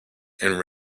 and